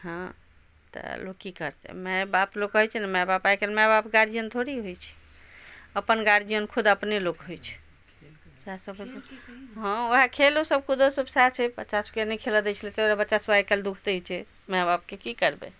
हँ तऽ लोक की करतै माय बाप लोक कहै छै ने माय बाप आइकाल्हि माय बाप गार्जियन थोड़ी होइ छै अपन गार्जियन खुद अपने लोक होइ छै सएह सब हँ वएह खेलो सब कूदो सब सएह छै बच्चा सबके नहि खेलऽ दै छै तैं दुआरे बच्चा सब आइकाल्हि दुःख दै छै माय बापके की करबै